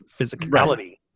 physicality